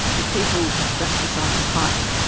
if people just decide to fight,